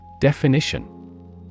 Definition